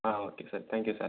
ah okay sir thank you sir